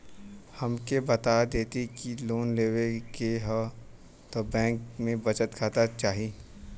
हमके बता देती की लोन लेवे के हव त बैंक में बचत खाता चाही?